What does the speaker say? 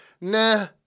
nah